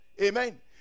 Amen